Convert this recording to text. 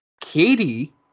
Katie